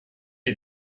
les